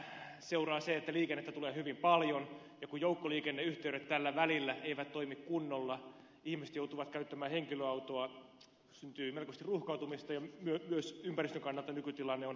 tästä seuraa se että liikennettä tulee hyvin paljon ja kun joukkoliikenneyhteydet tällä välillä eivät toimi kunnolla ihmiset joutuvat käyttämään henkilöautoa syntyy melkoisesti ruuhkautumista ja myös ympäristön kannalta nykytilanne on ongelmallinen